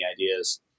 ideas